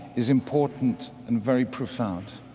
is important and very profound.